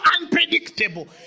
unpredictable